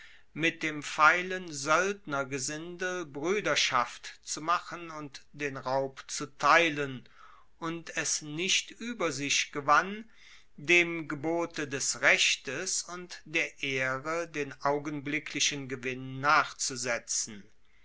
mit dem feilen soeldnergesindel bruederschaft zu machen und den raub zu teilen und es nicht ueber sich gewann dem gebote des rechtes und der ehre den augenblicklichen gewinn nachzusetzen